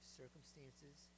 circumstances